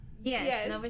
Yes